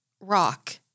rock